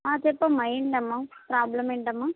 చెప్పమ్మా ఏంటమ్మా ప్రోబ్లెమ్ ఏంటమ్మా